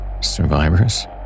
Survivors